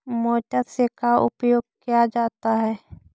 Motor से का उपयोग क्या जाता है?